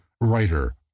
writer